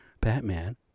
Batman